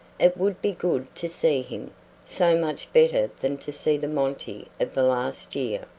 it would be good to see him so much better than to see the monty of the last year.